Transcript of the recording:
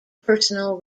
personal